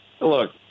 look